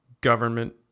government